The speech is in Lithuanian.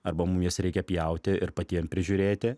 arba mum jas reikia pjauti ir patiem prižiūrėti